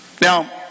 Now